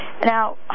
Now